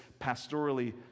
pastorally